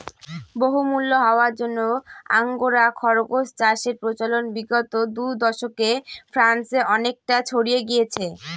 বহুমূল্য হওয়ার জন্য আঙ্গোরা খরগোস চাষের প্রচলন বিগত দু দশকে ফ্রান্সে অনেকটা ছড়িয়ে গিয়েছে